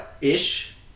ish